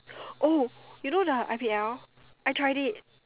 oh you know the I_P_L I tried it